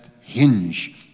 hinge